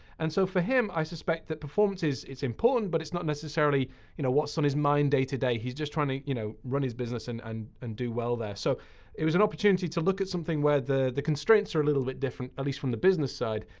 and so for him i suspect that performance is important, but it's not necessarily you know what's on his mind day to day. he's just trying to you know run his business and and and do well there. so it was an opportunity to look at something where the the constraints are little bit different, at least from the business side.